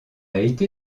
été